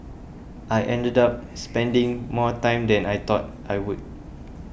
I ended up spending more time than I thought I would